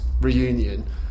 reunion